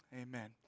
Amen